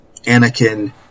Anakin